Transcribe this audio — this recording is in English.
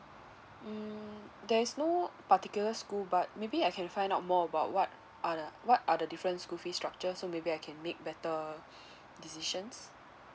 mm there's no particular school but maybe I can find out more about what are the what are the difference school fees structure so maybe I can make better decisions